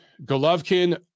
Golovkin